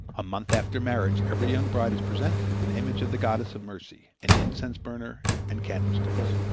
a month after marriage every young bride is presented with an image of the goddess of mercy, an incense-burner and candlesticks.